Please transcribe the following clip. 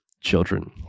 children